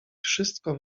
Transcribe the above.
wszystko